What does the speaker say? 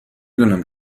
دونم